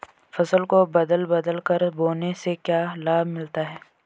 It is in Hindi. फसल को बदल बदल कर बोने से क्या लाभ मिलता है?